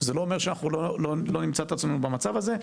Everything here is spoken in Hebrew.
זה לא אומר שאנחנו לא נמצא את עצמנו במצב הזה.